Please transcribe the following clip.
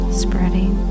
spreading